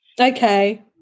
Okay